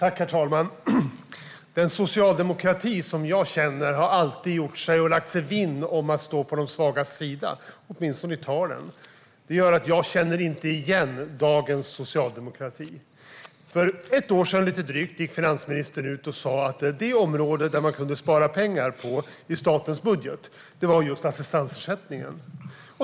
Herr talman! Den socialdemokrati som jag känner har alltid lagt sig vinn om att stå på de svagas sida, åtminstone i talen. Det gör att jag inte känner igen dagens socialdemokrati. För lite drygt ett år sedan gick finansministern ut och sa att det område som man kunde spara pengar på i statens budget var just assistansersättningen.